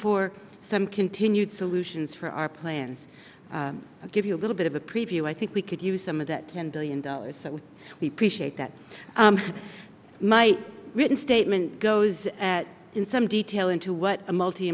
for some continued solutions for our plans to give you a little bit of a preview i think we could use some of that ten billion dollars so we preach hate that my written statement goes in some detail into what a multi